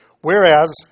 Whereas